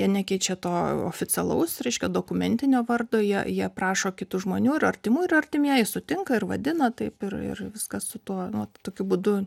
jie nekeičia to oficialaus reiškia dokumentinio vardo jie jie prašo kitų žmonių ir artimų ir artimieji sutinka ir vadina taip ir ir viskas su tuo nu tokiu būdu